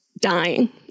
dying